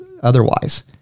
otherwise